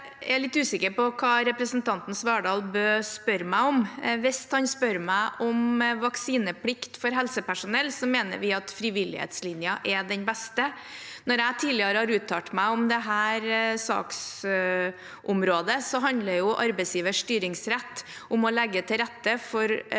Jeg er litt usik- ker på hva representanten Svardal Bøe spør meg om. Hvis han spør meg om vaksineplikt for helsepersonell, mener vi at frivillighetslinjen er den beste. Når jeg tidligere har uttalt meg om dette saksområdet, handler arbeidsgivers styringsrett om å legge til rette i